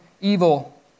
evil